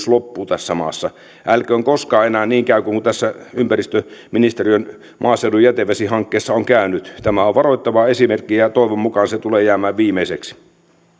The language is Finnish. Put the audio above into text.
loppuu tässä maassa ettei koskaan enää niin käy kuin tässä ympäristöministeriön maaseudun jätevesihankkeessa on käynyt tämä on varoittava esimerkki ja toivon mukaan se tulee jäämään viimeiseksi